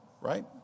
right